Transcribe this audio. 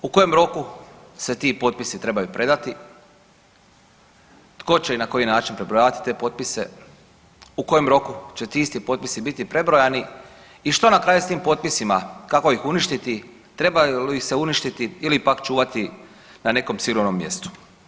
U kojem roku se ti potpisi trebaju predati, tko će i na koji način prebrojavati te potpise, u kojem roku će isti potpisi biti prebrojani i što na kraju s tim potpisima kako ih uništiti, trebaju li se uništiti ili pak čuvati na nekom sigurnom mjestu?